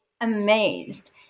amazed